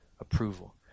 approval